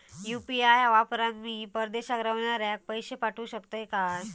UPI वापरान मी परदेशाक रव्हनाऱ्याक पैशे पाठवु शकतय काय?